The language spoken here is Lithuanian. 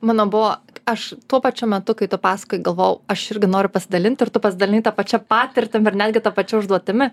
mano buvo aš tuo pačiu metu kai tu paskoji galvojau aš irgi noriu pasidalint ir tu pasidalinai ta pačia patirtim ir netgi ta pačia užduotimi